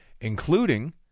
including